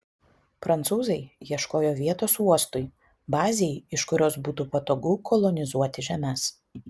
prancūzai ieškojo vietos uostui bazei iš kurios būtų patogu kolonizuoti žemes